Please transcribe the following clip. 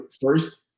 first